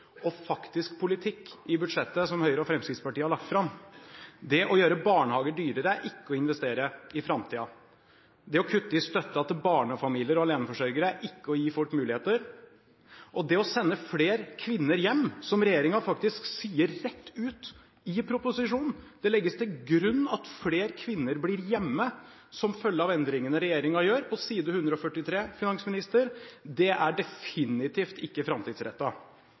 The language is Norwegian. og faktisk politikk i budsjettet som Høyre og Fremskrittspartiet har lagt fram. Det å gjøre barnehager dyrere er ikke å investere i framtiden. Det å kutte i støtten til barnefamilier og aleneforsørgere er ikke å gi folk muligheter. Og det å sende flere kvinner tilbake til hjemmet, som regjeringen faktisk sier rett ut på side 143 i proposisjonen – det legges til grunn at flere kvinner blir hjemme som følge av endringene regjeringen gjør – det er definitivt ikke